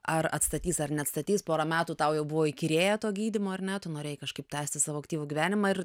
ar atstatys ar neatstatys porą metų tau jau buvo įkyrėję to gydymo ar ne tu norėjai kažkaip tęsti savo aktyvų gyvenimą ir